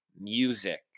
music